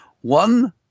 One